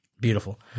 Beautiful